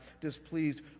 displeased